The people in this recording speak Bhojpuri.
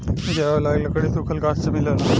जरावे लायक लकड़ी सुखल गाछ से मिलेला